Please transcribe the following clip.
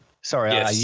Sorry